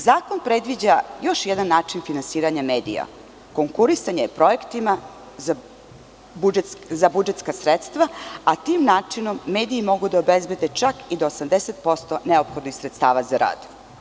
Zakon predviđa još jedan način finansiranja medija – konkurisanje projektima za budžetska sredstva, a tim načinom mediji mogu da obezbede čak 80% neophodnih sredstava za rad.